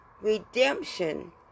redemption